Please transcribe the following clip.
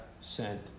sent